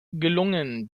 gelungen